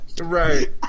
Right